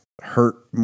hurt